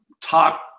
top